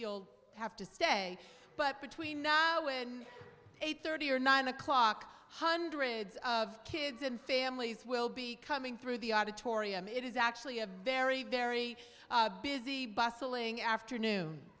you'll have to stay but between now and eight thirty or nine o'clock hundred of kids and families will be coming through the auditorium it is actually a very very busy bustling